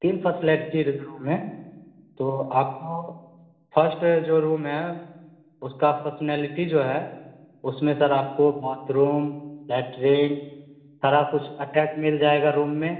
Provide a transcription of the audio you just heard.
तीन facility room है तो आपको फर्स्ट जो रूम है उसका फसनैलिटी जो है उसमें सर आपको बाथरूम लैट्रिंग सारा कुछ अटैच मिल जाएगा रूम में